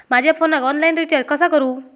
माझ्या फोनाक online recharge कसा करू?